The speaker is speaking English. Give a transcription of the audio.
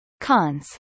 Cons